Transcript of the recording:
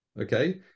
okay